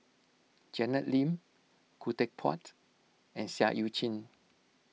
Janet Lim Khoo Teck Puat and Seah Eu Chin